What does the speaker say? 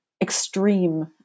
extreme